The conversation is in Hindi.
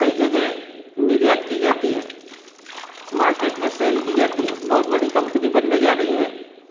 कई जगह निर्यात की जाती हैं मार्केट में सेल की जाती हैं बहुत बड़ी कंपनी बनने जा रही है